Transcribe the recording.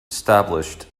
established